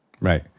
Right